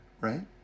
right